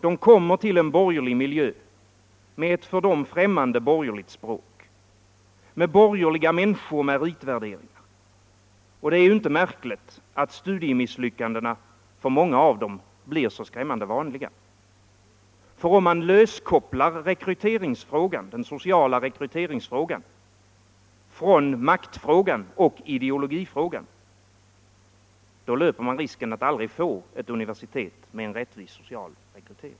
De kommer till en borgerlig miljö, med ett för dem främmande borgerligt språk, med borgerliga människooch meritvärderingar. Det är inte märkligt att studiemisslyckandena för många av dem blir så skrämmande vanliga. För om man löskopplar den sociala rekryteringsfrågan från maktfrågan och ideologifrågan, då löper man risk att aldrig få ett universitet med en rättvis social rekrytering.